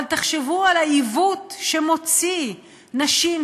אבל תחשבו על העיוות שמוציא נשים,